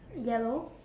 yellow